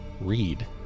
read